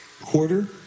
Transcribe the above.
Quarter